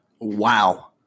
Wow